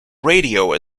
radio